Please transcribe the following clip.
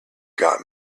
got